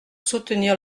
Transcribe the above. soutenir